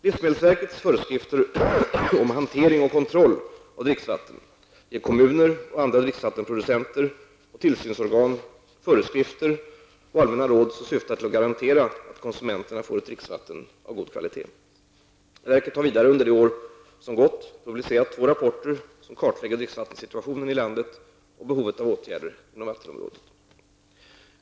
Livsmedelsverkets föreskrifter om hantering och kontroll av dricksvatten ger kommuner och andra dricksvattenproducenter och tillsynsorgan föreskrifter och allmänna råd som syftar till att garantera att konsumenterna får ett dricksvatten av god kvalitet. Verket har vidare under det år som gått publicerat två rapporter som kartlägger dricksvattensituationen i landet och behovet av åtgärder inom vattenområdet.